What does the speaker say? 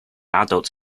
adults